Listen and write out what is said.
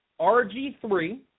RG3